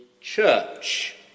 church